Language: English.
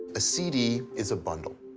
a cd is a bundle.